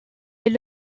est